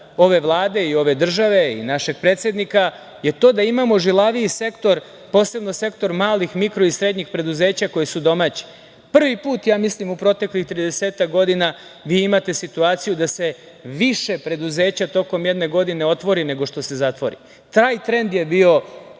ove Vlade i ove države i našeg predsednika je to da imamo žilaviji sektor, posebno sektor malih, mikro i srednjih preduzeća koja su domaća. Prvi put ja mislim, u proteklih tridesetak godina imate situaciju da se više preduzeća tokom jedne godine otvori nego što se zatvori. Taj trend je bio